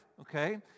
okay